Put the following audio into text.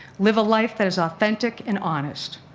live a life that is authentic and honest.